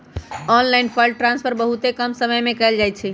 online fund transfer बहुते कम समय में कएल जाइ छइ